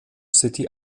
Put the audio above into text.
city